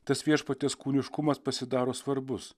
tas viešpaties kūniškumas pasidaro svarbus